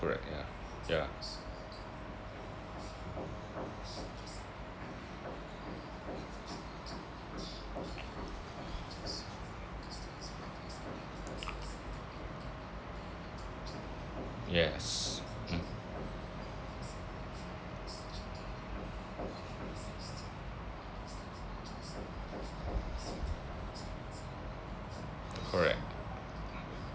correct ya ya yes mm correct